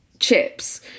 chips